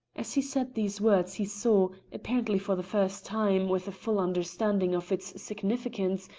as he said these words he saw, apparently for the first time, with a full understanding of its significance,